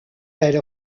elle